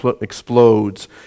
explodes